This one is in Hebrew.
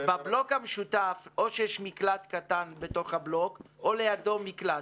בבלוק המשותף או שיש מקלט קטן בתוך הבלוק או לידו מקלט.